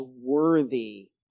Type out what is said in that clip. worthy